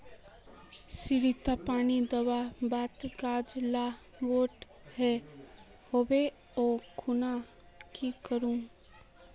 सरिसत पानी दवर बात गाज ला बोट है होबे ओ खुना की करूम?